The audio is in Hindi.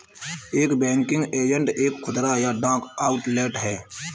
एक बैंकिंग एजेंट एक खुदरा या डाक आउटलेट है